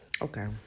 Okay